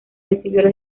recibió